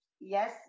Yes